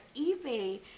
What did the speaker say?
eBay